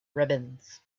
ribbons